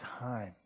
time